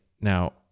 Now